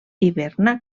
hiberna